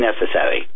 necessary